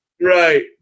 Right